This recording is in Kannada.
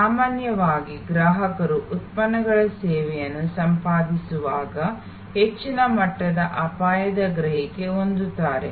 ಸಾಮಾನ್ಯವಾಗಿ ಗ್ರಾಹಕರು ಉತ್ಪನ್ನಗಳ ಸೇವೆಗಳನ್ನು ಸಂಪಾದಿಸುವಾಗ ಹೆಚ್ಚಿನ ಮಟ್ಟದ ಅಪಾಯದ ಗ್ರಹಿಕೆ ಹೊಂದುತ್ತಾರೆ